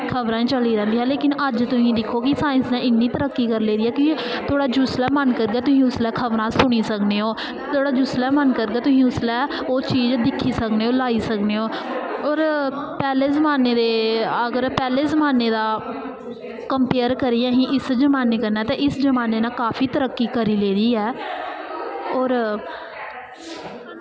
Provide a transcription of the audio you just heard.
खबरां गै चलदियां रैहंदियां हा अज्ज तुस दिक्खो कि साइंस ने इ'न्नी तरक्की करी लेदी ऐ कि थुआढ़ा जिसलै बी मन करदा तुस उसलै खबरां सुनी सकने ओ थुआढ़ा जिसलै मन करदा तुस उसलै ओह् चीज़ दिक्खी सकने हो लाई सकने ओ होर पैह्ले जमान्ने दे अगर पैह्ले जमान्ने दा कम्पेयर करिये असी अगर अस इस जमान्ने कन्नै ते इस जमान्ने नै काफा तरक्की करी लेदी ऐ होर